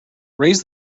raise